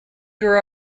grew